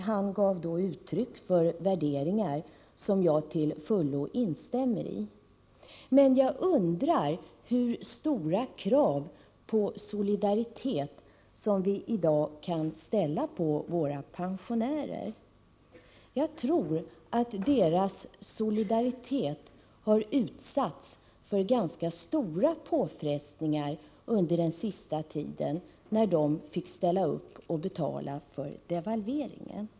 Han gav då uttryck för värderingar som jag till fullo instämmer i. Men jag undrar hur stora krav på solidaritet som vi i dag kan ställa på våra pensionärer. Jag tror att deras solidaritet har utsatts för ganska stora påfrestningar under den senaste tiden när de fick ställa upp och betala för devalveringen.